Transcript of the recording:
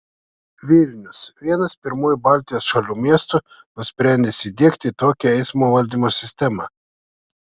vilnius vienas pirmųjų baltijos šalių miestų nusprendęs įdiegti tokią eismo valdymo sistemą